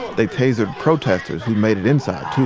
they tasered protesters who'd made it inside